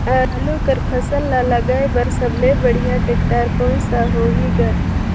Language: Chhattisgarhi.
आलू कर फसल ल लगाय बर सबले बढ़िया टेक्टर कोन सा होही ग?